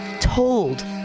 told